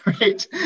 right